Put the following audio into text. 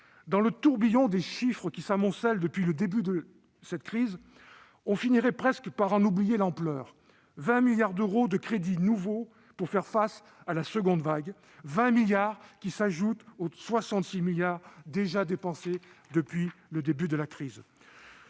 Dans le tourbillon des chiffres qui s'amoncellent depuis le début de cette crise, on finirait presque par en oublier l'ampleur : 20 milliards d'euros de crédits nouveaux pour faire face à la seconde vague ; 20 milliards qui s'ajoutent aux 66 milliards d'euros déjà dépensés depuis le début de la crise.